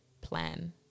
plan